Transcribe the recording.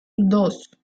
dos